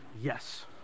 yes